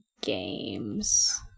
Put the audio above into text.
games